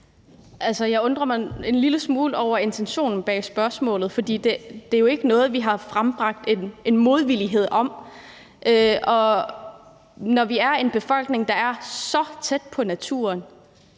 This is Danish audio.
Jeg undrer mig en lille smule over intentionen bag spørgsmålet, for det er jo ikke noget, vi har frembragt en modvilje mod. Og når vi er en befolkning, der er så tæt på naturen,